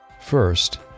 First